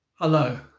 Hello